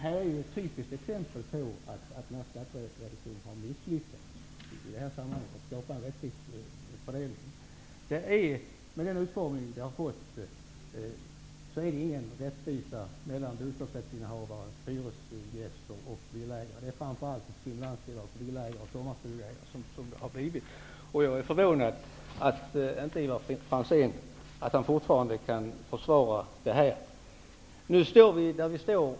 Här är ett typiskt exempel på att skattereduktionen har misslyckats med att skapa en rättvis fördelning. Med den utformning förslaget har fått är det ingen rättvisa mellan bostadsrättsinnehavare, hyresgäster och villaägare. Det är framför allt ett stimulansbidrag för villaägare och sommarstugeägare. Jag är förvånad över att Ivar Franzén fortfarande kan försvara detta. Nu står vi där vi står.